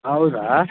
ಹಾಂ ಹೌದಾ